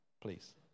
please